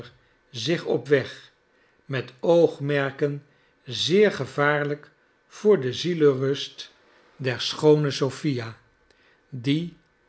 zich op weg met oogmerken zeer gevaarlijk voor de zielsrust der nelly schoone sophia die